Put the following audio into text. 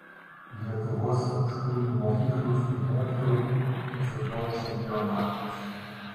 lietuvos aukštųjų mokyklų studentų dziudo čempionatas